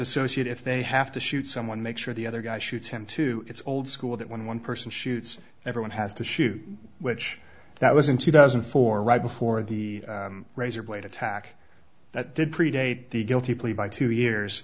associate if they have to shoot someone make sure the other guy shoots him too it's old school that when one person shoots everyone has to shoot which that was in two thousand and four right before the razor blade attack that did predate the guilty plea by two years